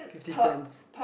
fifty cents